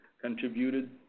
contributed